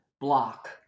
block